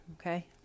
Okay